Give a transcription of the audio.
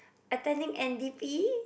attending N_D_P